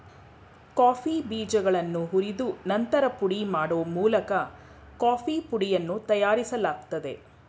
coffee ಬೀಜಗಳನ್ನು ಹುರಿದು ನಂತರ ಪುಡಿ ಮಾಡೋ ಮೂಲಕ ಕಾಫೀ ಪುಡಿಯನ್ನು ತಯಾರಿಸಲಾಗ್ತದೆ